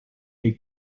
les